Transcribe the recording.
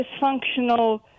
dysfunctional